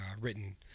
written